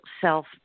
self